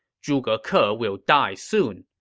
zhuge ke ah will die soon.